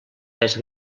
més